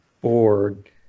board